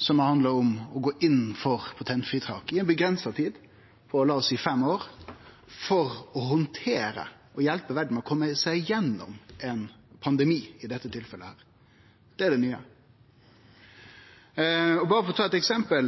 som har handla om å gå inn for patentfritak i ei avgrensa tid på la oss seie 5 år, for å handtere og hjelpe verda med å komme seg gjennom ein pandemi, i dette tilfellet. Det er det nye. Berre for å ta eit eksempel: